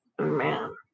man